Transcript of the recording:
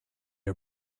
are